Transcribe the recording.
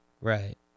right